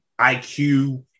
IQ